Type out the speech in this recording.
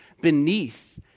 beneath